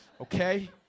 Okay